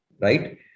right